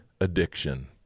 addiction